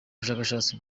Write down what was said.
bushakashatsi